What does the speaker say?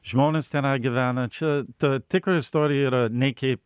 žmonės tenai gyvena čia ta tikra istorija yra neikei